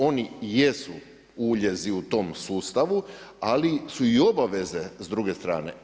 Oni jesu uljezi u tom sustavu, ali su i obaveze s druge strane.